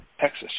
Texas